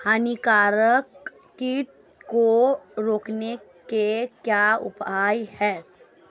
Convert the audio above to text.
हानिकारक कीट को रोकने के क्या उपाय हैं?